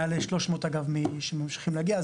מעל 300 אגב שממשיכים להגיע.